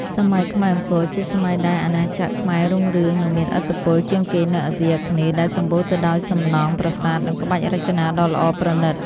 សម័យខ្មែរអង្គរ ជាសម័យដែលអាណាចក្រខ្មែររុងរឿងនិងមានឥទ្ធិពលជាងគេនៅអាសុីអាគ្នេយ៍ ដែលសំបូរទៅដោយសំណង់ប្រាសាទនិងក្បាច់រចនាដ៏ល្អប្រណិត។